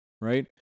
Right